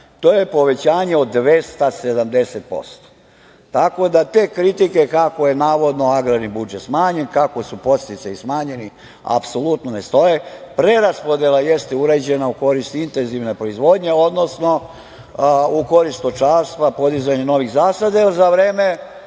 To je povećanje od 270%. Tako da, te kritike kako je navodno agrarni budžet smanjen, kako su podsticaji smanjeni apsolutno ne stoje. Preraspodela jeste urađena u korist intenzivne proizvodnje, odnosno u korist stočarstva, podizanja novih zasada, jer za vreme